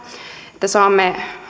että saamme